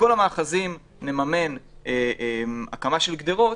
בכל המאחזים נממן הקמה של גדרות,